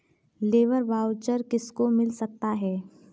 Labour voucher किसको मिल सकता है?